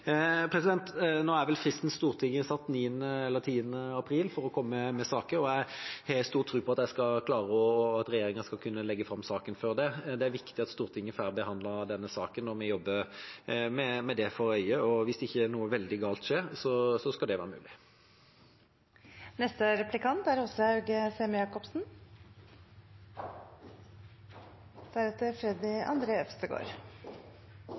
Nå er vel fristen Stortinget har satt for å komme med saker, 9. eller 10. april, og jeg har stor tro på at regjeringa skal kunne legge fram saken før det. Det er viktig at Stortinget får behandlet denne saken, og vi jobber med det for øye. Hvis ikke noe veldig galt skjer, skal det være mulig. Jeg er